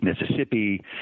Mississippi